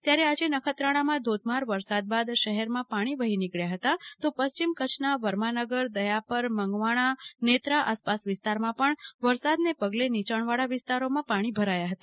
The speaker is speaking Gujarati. ત્યારે આજે નખત્રાણામાં ધોધમાર વરસાદ બાદ શહેરમાં પાણી વહી નીકળ્યા હતા તો પશ્ચિમ કચ્છના વર્માનગર દયાપર મંગવાણા નેત્રા આસપાસ વિસ્તારમાં પણ વરસાદને પગલે નીચાણવાળા વિસ્તારોમાં પાણી ભરાયા હતા